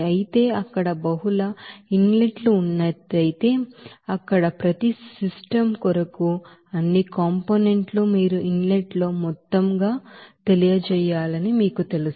అయితే అక్కడ బహుళ ఇన్ లెట్ లు ఉన్నట్లయితే అక్కడ ప్రతి సిస్టమ్ కొరకు అన్ని కాంపోనెంట్ లను మీరు ఇన్ లెట్ లో మొత్తం గా తెలియజేయాలని మీకు తెలుసు